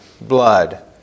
blood